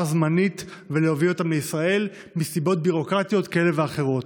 זמנית ולהביא אותם לישראל מסיבות ביורוקרטיות כאלה ואחרות.